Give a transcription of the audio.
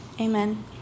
amen